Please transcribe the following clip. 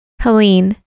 Helene